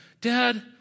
Dad